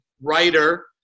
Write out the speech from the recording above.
writer